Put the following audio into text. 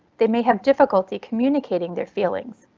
they may have difficulty communicating their feelings.